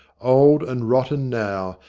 old and rotten now,